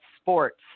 sports